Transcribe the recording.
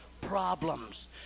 problems